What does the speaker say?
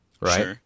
Right